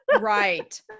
Right